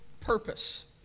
purpose